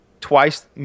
twice